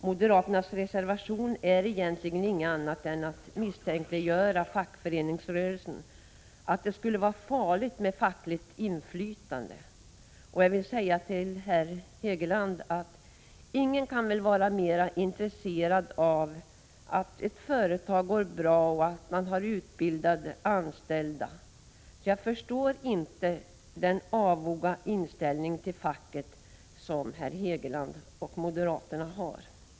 Moderaternas reservation är egentligen ingenting annat än ett misstänkliggörande av fackföreningsrörelsen — det skulle vara farligt med fackligt inflytande. Jag vill säga till herr Hegeland att ingen väl kan vara mera intresserad än facket av att ett företag går bra och har utbildade anställda. Jag förstår inte den avoga inställning till facket som herr Hegeland och moderaterna har.